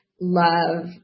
love